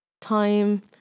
time